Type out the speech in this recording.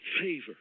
Favor